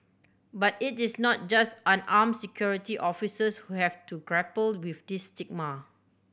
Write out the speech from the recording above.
but it is not just unarmed Security Officers who have to grapple with this stigma